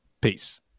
Peace